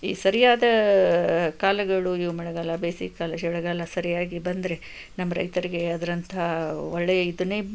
ಈ ಸರಿಯಾದ ಕಾಲಗಳು ಈ ಮಳೆಗಾಲ ಬೇಸಿಗೆಗಾಲ ಚಳಿಗಾಲ ಸರಿಯಾಗಿ ಬಂದರೆ ನಮ್ಮ ರೈತರಿಗೆ ಅದರಂಥ ಒಳ್ಳೆಯ ಇದನ್ನೇ